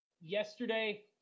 Yesterday